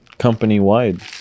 company-wide